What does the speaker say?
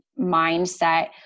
mindset